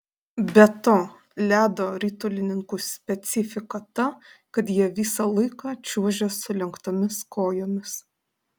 be to ledo ritulininkų specifika ta kad jie visą laiką čiuožia sulenktomis kojomis